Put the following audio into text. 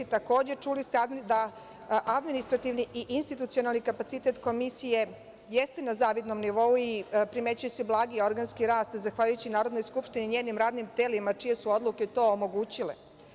Takođe, čuli ste da administrativni i institucionalni kapacitet Komisije jeste na zavidnom nivou i primećuje se blagi organski rast, zahvaljujući Narodnoj skupštini i njenim radnim telima, čije su odluke to omogućile.